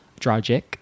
Dragic